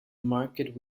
market